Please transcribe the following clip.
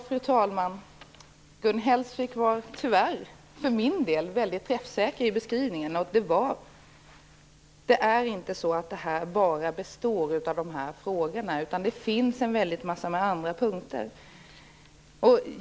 Fru talman! Gun Hellsvik var - tyvärr, för min del - väldigt träffsäker i beskrivningen. Det här består inte bara av dessa frågor, utan det finns en massa andra punkter.